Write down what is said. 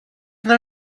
não